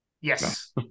Yes